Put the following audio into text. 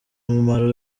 mumaro